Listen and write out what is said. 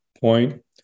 point